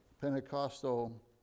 Pentecostal